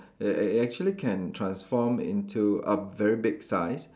it it it actually can transform into a very big size